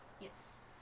Yes